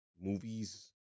movies